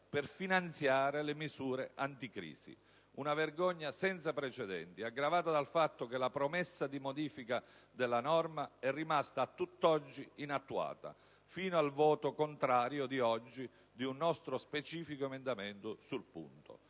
per finanziare le misure anticrisi. Una vergogna senza precedenti, aggravata dal fatto che la promessa di modifica della norma è rimasta a tutt'oggi inattuata, fino al voto contrario di oggi su un nostro specifico emendamento sul punto.